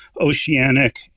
Oceanic